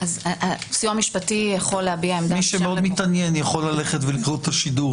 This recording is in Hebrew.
מי שמאוד מתעניין יכול ללכת לשידור